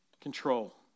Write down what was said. control